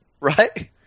Right